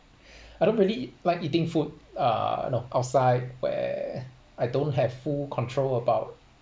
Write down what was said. I don't really like eating food uh you know outside where I don't have full control about